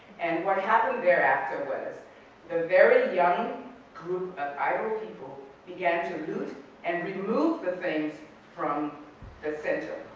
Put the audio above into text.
and what happened thereafter was, the very young group of idle people began to loot and remove the things from the center.